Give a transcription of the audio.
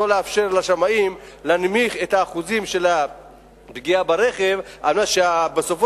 ולא לאפשר לשמאים להנמיך את האחוזים של הפגיעה ברכב על מנת שבסופו